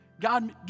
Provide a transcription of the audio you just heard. God